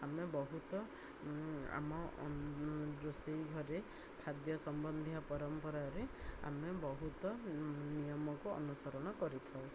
ଆମେ ବହୁତ ଆମ ରୋଷେଇ ଘରେ ଖାଦ୍ୟ ସମ୍ବନ୍ଧୀୟ ପରମ୍ପରାରେ ଆମେ ବହୁତ ନିୟମକୁ ଅନୁସରଣ କରିଥାଉ